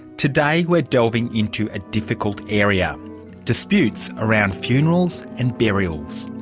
today we're delving into a difficult area disputes around funerals and burials.